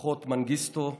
ומשפחות מנגיסטו וא-סייד,